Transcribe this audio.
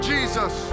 Jesus